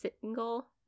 single